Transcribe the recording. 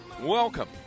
Welcome